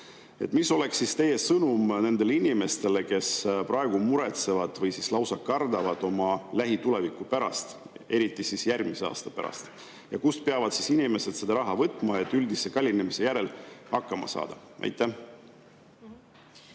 Mis oleks teie sõnum nendele inimestele, kes praegu muretsevad või lausa kardavad oma lähituleviku pärast, eriti järgmise aasta pärast? Kust peavad inimesed selle raha võtma, et üldise kallinemise järel hakkama saada? Nii.